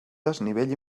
desnivell